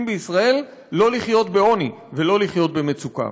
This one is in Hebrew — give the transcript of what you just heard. בישראל לא לחיות בעוני ולא לחיות במצוקה.